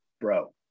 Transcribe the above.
bro